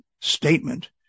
statement